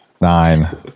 Nine